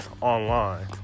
online